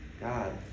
God